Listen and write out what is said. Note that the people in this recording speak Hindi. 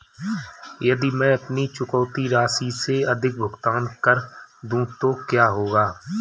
यदि मैं अपनी चुकौती राशि से अधिक भुगतान कर दूं तो क्या होगा?